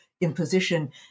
imposition